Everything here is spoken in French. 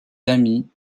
amies